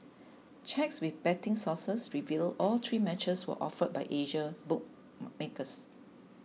checks with betting sources revealed all three matches were offered by Asian bookmakers